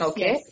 Okay